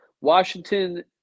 Washington